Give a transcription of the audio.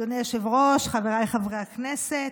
אדוני היושב-ראש, חבריי חברי הכנסת,